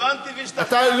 הבנתי והשתכנעתי.